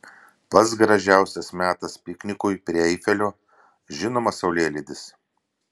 pats gražiausias metas piknikui prie eifelio žinoma saulėlydis